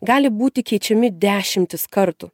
gali būti keičiami dešimtis kartų